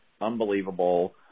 unbelievable